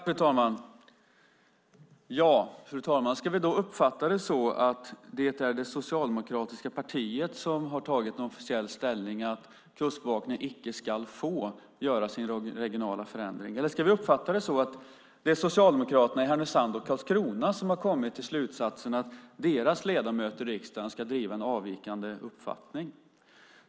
Fru talman! Ska vi då uppfatta det som att det är det socialdemokratiska partiet som har tagit officiell ställning för att Kustbevakningen icke ska få göra sina regionala förändringar, eller ska vi uppfatta det som att det är Socialdemokraterna i Härnösand och Karlskrona som har kommit till slutsatsen att deras ledamöter i riksdagen ska driva en avvikande uppfattning?